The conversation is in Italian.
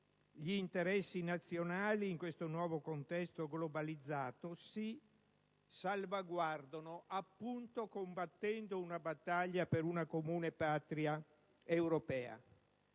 gli interessi nazionali, nel nuovo contesto globalizzato, si salvaguardano - appunto - combattendo una battaglia per una comune patria europea.